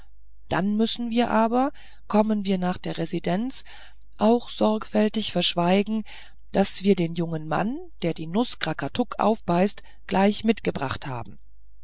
dann müssen wir aber kommen wir nach der residenz auch sorgfältig verschweigen daß wir den jungen mann der die nuß krakatuk aufbeißt gleich mitgebracht haben